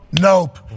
nope